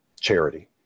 charity